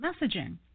messaging